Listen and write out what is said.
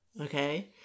Okay